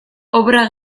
obra